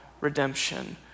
redemption